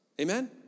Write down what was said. Amen